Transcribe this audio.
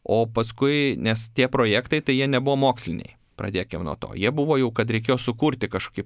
o paskui nes tie projektai tai jie nebuvo moksliniai pradėkim nuo to jie buvo jau kad reikėjo sukurti kažkokį